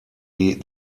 die